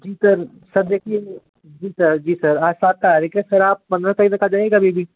जी sir sir देखिए जी sir जी सर आज सात तारीख़ है सर आप पंद्रह तारीख़ तक आ जाइए कभी भी